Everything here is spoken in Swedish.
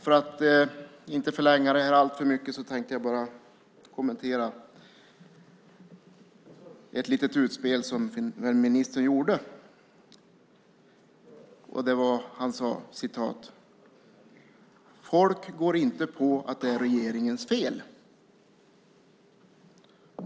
För att inte förlänga debatten alltför mycket tänker jag bara kommentera ett litet utspel som ministern gjorde. Han sade att folk inte går på att det är regeringens fel.